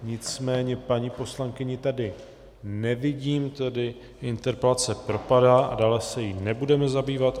Nicméně paní poslankyni tady nevidím, tedy interpelace propadá a dále se jí nebudeme zabývat.